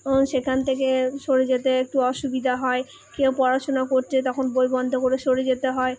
সেখান থেকে সরে যেতে একটু অসুবিধা হয় কেউ পড়াশুনা করছে তখন বই বন্ধ করে সরে যেতে হয়